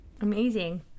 Amazing